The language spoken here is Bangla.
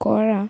করা